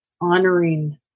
honoring